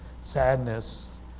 sadness